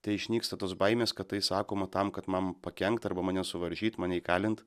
tai išnyksta tos baimės kad tai sakoma tam kad man pakenkt arba mane suvaržyt mane įkalint